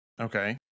Okay